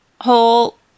whole